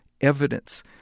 evidence